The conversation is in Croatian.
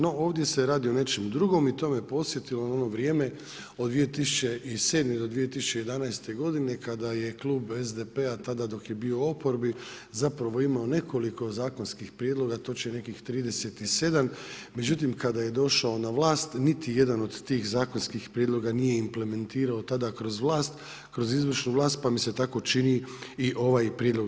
No ovdje se radi o nečemu drugom i to me podsjetilo na ono vrijeme od 2007. do 2011. godine je klub SDP-a tada dok je bio u oporbi zapravo imao nekoliko zakonskih prijedloga, točno je nekih 37 međutim kada je došao na vlast, niti jedan od tih zakonskih prijedloga nije implementirao tada kroz vlast, kroz izvršnu vlast pa mi se tako čini i ovaj prijedlog.